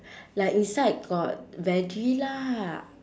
like inside got veggie lah